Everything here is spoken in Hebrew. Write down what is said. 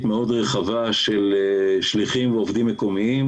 מאוד רחבה של שליחים ועובדים מקומיים,